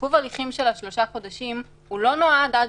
עיכוב ההליכים של שלושה חודשים לא נועד עד